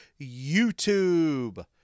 youtube